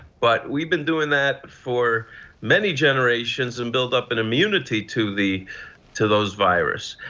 but we've been doing that for many generations and build up and immunity to the to those virus.